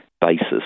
basis